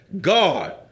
God